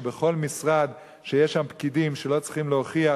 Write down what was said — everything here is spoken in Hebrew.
אבל אני מניח שבכל משרד שיש שם פקידים שלא צריכים להוכיח,